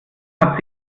hat